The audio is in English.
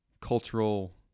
cultural